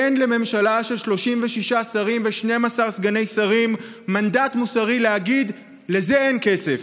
אין לממשלה של 36 שרים ו-12 סגני שרים מנדט מוסרי להגיד: לזה אין כסף.